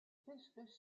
fiscus